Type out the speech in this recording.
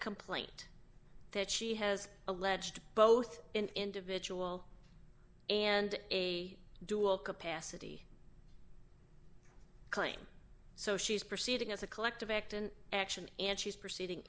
complaint that she has alleged both an individual and a dual capacity claim so she is proceeding as a collective act and action and she is proceeding